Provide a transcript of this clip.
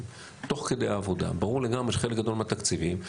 תוך כדי העבודה ברור לגמרי שחלק גדול מהתקציבים,